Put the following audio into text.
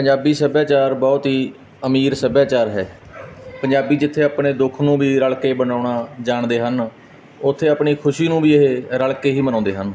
ਪੰਜਾਬੀ ਸੱਭਿਆਚਾਰ ਬਹੁਤ ਹੀ ਅਮੀਰ ਸੱਭਿਆਚਾਰ ਹੈ ਪੰਜਾਬੀ ਜਿੱਥੇ ਆਪਣੇ ਦੁੱਖ ਨੂੰ ਵੀ ਰਲ ਕੇ ਮਨਾਉਣਾ ਜਾਣਦੇ ਹਨ ਉੱਥੇ ਆਪਣੀ ਖੁਸ਼ੀ ਨੂੰ ਵੀ ਇਹ ਰਲ ਕੇ ਹੀ ਮਨਾਉਂਦੇ ਹਨ